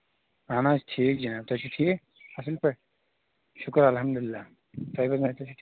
اَہن حظ ٹھیٖک جِناب تُہۍ چھُو ٹھیٖک اَصٕل پٲٹھۍ شُکُر الحمدُ اللہ تُہۍ ؤنِو حظ تُہۍ چھِو